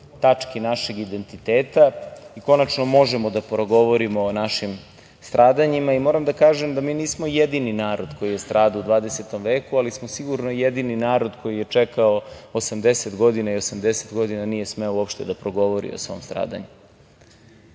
tački našeg identiteta i konačno možemo da progovorimo o našim stradanjima. Moram da kažem da mi nismo jedini narod koji je stradao u 20. veku, ali smo sigurno jedini narod koji je čekao 80 godina i 80 godina nije smeo uopšte da progovori o svom stradanju. Naš